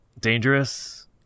dangerous